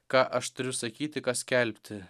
ką aš turiu sakyti ką skelbti